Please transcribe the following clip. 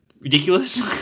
ridiculous